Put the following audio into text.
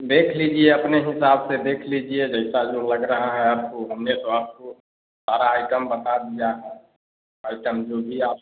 देख लीजिए अपने हिसाब से देख लीजिए जैसा जो लग रहा है आपको हमने तो आपको सारा आइटम बता दिया है आइटम जो भी आप